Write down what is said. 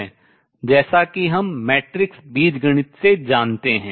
जैसा कि हम मैट्रिक्स बीजगणित से जानते हैं